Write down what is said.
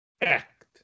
act